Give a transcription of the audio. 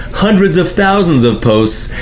hundreds of thousands of posts,